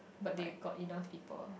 but they got enough people ah